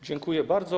Dziękuję bardzo.